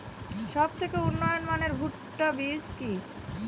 সবথেকে উন্নত মানের ভুট্টা বীজ কি?